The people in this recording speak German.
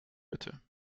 mitte